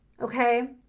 okay